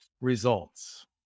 results